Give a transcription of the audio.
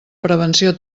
prevenció